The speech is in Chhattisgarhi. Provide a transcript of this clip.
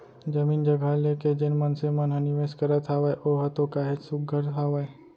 जमीन जघा लेके जेन मनसे मन ह निवेस करत हावय ओहा तो काहेच सुग्घर हावय